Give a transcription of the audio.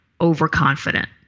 overconfident